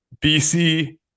BC